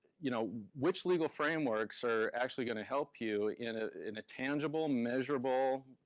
you know which legal frameworks are actually gonna help you in ah in a tangible, measurable,